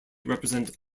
present